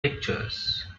pictures